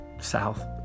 South